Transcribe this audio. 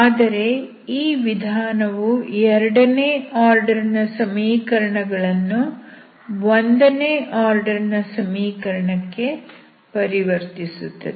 ಆದರೆ ಈ ವಿಧಾನವು ಎರಡನೇ ಆರ್ಡರ್ ನ ಸಮೀಕರಣಗಳನ್ನು ಒಂದನೇ ಆರ್ಡರ್ ನ ಸಮೀಕರಣಕ್ಕೆ ಪರಿವರ್ತಿಸುತ್ತದೆ